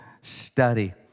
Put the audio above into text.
study